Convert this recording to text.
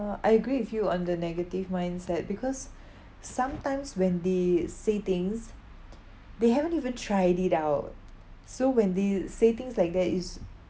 uh I agree with you on the negative mindset because sometimes when they say things they haven't even tried it out so when they say things like that is